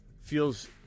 feels